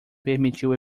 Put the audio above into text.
permitiu